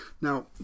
Now